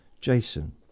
Jason